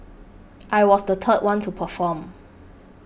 I was the third one to perform